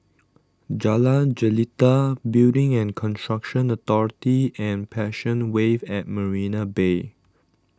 Jalan Jelita Building and Construction Authority and Passion Wave at Marina Bay